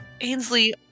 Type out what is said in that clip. Ainsley